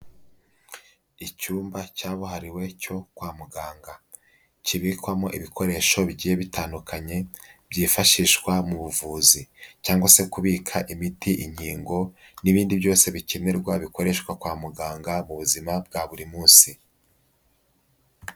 Icyumba cyabuhariwe cyo kwa muganga. Kibikwamo ibikoresho bigiye bitandukanye byifashishwa mu buvuzi cyangwa se kubika imiti, inkingo n'ibindi byose bikenerwa bikoreshwa kwa muganga mu buzima bwa buri munsi.